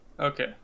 Okay